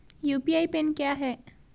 UPI PIN क्या है?